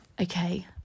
Okay